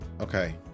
Okay